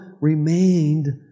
remained